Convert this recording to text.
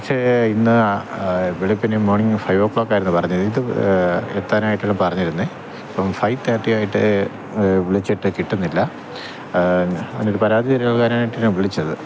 പക്ഷേ ഇന്ന് വെളുപ്പിന് മോണിങ് ഫൈവ് ഓ ക്ലോക്കായിരുന്നു പറഞ്ഞത് ഇത് എത്താനായിട്ടാണ് പറഞ്ഞിരുന്നത് ഇപ്പം ഫൈവ് തേര്ട്ടി ആയിട്ട് വിളിച്ചിട്ട് കിട്ടുന്നില്ല പരാതി തരാനായിട്ട് ഞാന് വിളിച്ചത്